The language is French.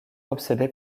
obsédé